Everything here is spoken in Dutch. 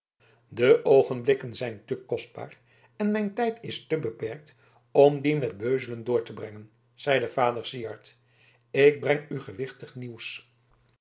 de oogenblikken zijn te kostbaar en mijn tijd is te beperkt om dien met beuzelen door te brengen zeide vader syard ik breng u gewichtig nieuws